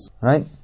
Right